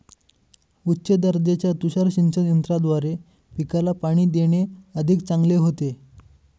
उच्च दर्जाच्या तुषार सिंचन यंत्राद्वारे पिकाला पाणी देणे अधिक चांगले होते